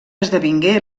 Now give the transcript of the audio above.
esdevingué